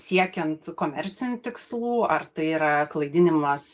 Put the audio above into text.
siekiant komercinių tikslų ar tai yra klaidinimas